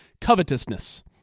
covetousness